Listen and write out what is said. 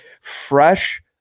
fresh